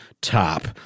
top